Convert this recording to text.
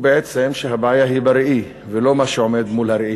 הוא בעצם אומר שהבעיה היא בראי ולא במה שעומד מול הראי.